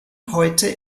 heute